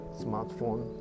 smartphone